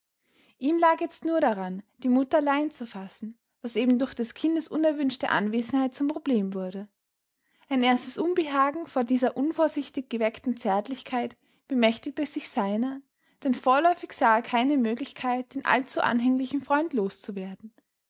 ihm lag jetzt nur daran die mutter allein zu fassen was eben durch des kindes unerwünschte anwesenheit zum problem wurde ein erstes unbehagen vor dieser unvorsichtig geweckten zärtlichkeit bemächtigte sich seiner denn vorläufig sah er keine möglichkeit den allzu anhänglichen freund loszuwerden